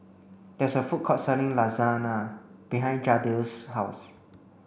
there is a food court selling Lasagna behind Jadiel's house